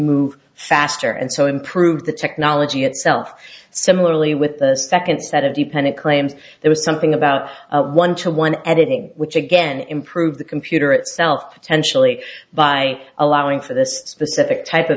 move faster and so improved the technology itself similarly with the second set of dependent claims there was something about one to one editing which again improved the computer itself potentially by allowing for th